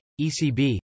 ECB